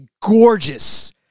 gorgeous